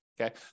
Okay